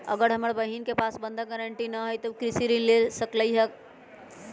अगर हमर बहिन के पास बंधक गरान्टी न हई त उ कृषि ऋण कईसे ले सकलई ह?